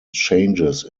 changes